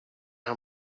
how